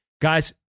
Guys